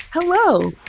hello